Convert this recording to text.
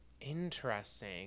Interesting